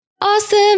awesome